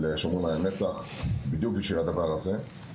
'שומרים על הנצח' בדיוק בשביל הדבר הזה.